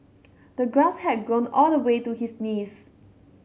the grass had grown all the way to his knees